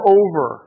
over